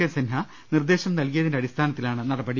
K Sinha നിർദേശം നൽകിയതിന്റെ അടിസ്ഥാനത്തിലാണ് നടപടി